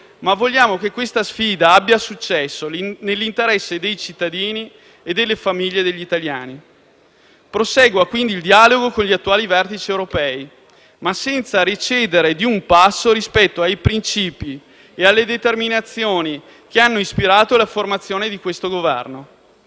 ma vogliamo che questa sfida abbia successo nell'interesse dei cittadini e delle famiglie italiane. Prosegua quindi il dialogo con gli attuali vertici europei, ma senza recedere di un passo rispetto ai princìpi e alle determinazioni che hanno ispirato la formazione di questo Governo.